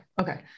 Okay